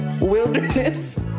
wilderness